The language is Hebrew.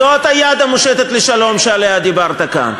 זאת היד המושטת לשלום שעליה דיברת כאן.